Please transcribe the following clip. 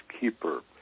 keeper